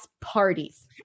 parties